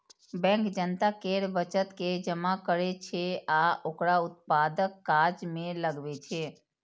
bank जनता केर बचत के जमा करै छै आ ओकरा उत्पादक काज मे लगबै छै